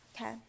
Okay